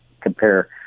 compare